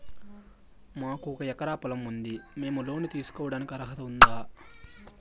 మాకు ఒక ఎకరా పొలం ఉంది మేము లోను తీసుకోడానికి అర్హత ఉందా